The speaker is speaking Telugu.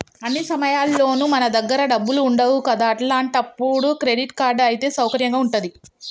అన్ని సమయాల్లోనూ మన దగ్గర డబ్బులు ఉండవు కదా అట్లాంటప్పుడు క్రెడిట్ కార్డ్ అయితే సౌకర్యంగా ఉంటది